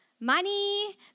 money